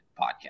podcast